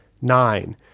Nine